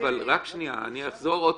אבל אני אחזור.